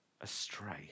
astray